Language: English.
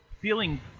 feeling